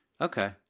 Okay